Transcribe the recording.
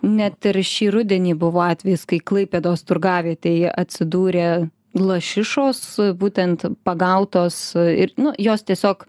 net ir šį rudenį buvo atvejis kai klaipėdos turgavietėje atsidūrė lašišos būtent pagautos ir nu jos tiesiog